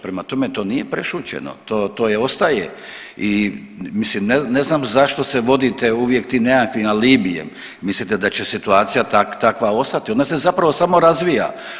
Prema tome, to nije prešućeno, to je ostaje i mislim ne znam zašto se vodite uvijek tim nekakvim alibijem, mislite da će situacija takva ostati, ona se zapravo samo razvija.